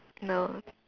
no